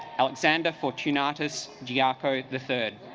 alexander fortunatus d'arco the third